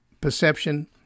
perception